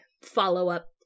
follow-up